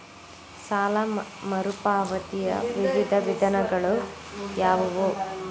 ಸಾಲ ಮರುಪಾವತಿಯ ವಿವಿಧ ವಿಧಾನಗಳು ಯಾವುವು?